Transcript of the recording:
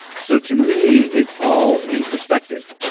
so to me it's all in perspective.